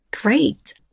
great